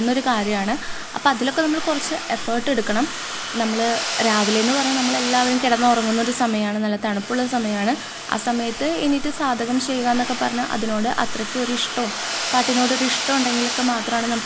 എൻ്റെ പാഷൻ എന്ന് പറയുന്നതു തന്നെ നൃത്തമാണ് അപ്പം പിന്നെ കുട്ടികൾ കുട്ടികളേ പഠിപ്പിക്കുമ്പോഴും അവർ നന്നായി കളിക്കുമ്പോഴും എനിക്ക് വളരെ അധികം സന്തോഷം തോന്നിയിട്ടുണ്ട് ഞാൻ പഠിപ്പിക്കുന്നത് അവർക്ക് മനസ്സിലായി എന്ന് അറിയുമ്പോൾ തന്നെ എനിക്ക് വളരെ അധികം സന്തോഷം തോന്നിയിട്ടുണ്ട്